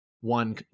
one